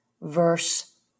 verse